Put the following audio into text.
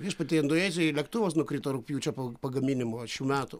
viešpatie indonezijoj lėktuvas nukrito rugpjūčio po pagaminimo metų